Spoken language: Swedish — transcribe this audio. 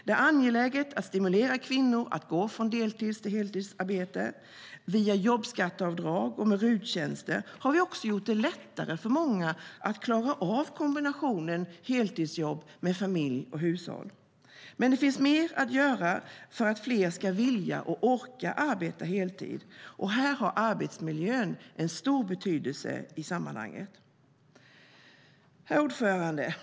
Det är angeläget att stimulera kvinnor att gå från deltids till heltidsarbete. Via jobbskatteavdrag och RUT-tjänster har vi också gjort det lättare för många att klara av att kombinera heltidsjobb med familj och hushåll. Men det finns mer att göra för att fler ska vilja och orka arbeta heltid, och arbetsmiljön har en stor betydelse i det sammanhanget. Herr talman!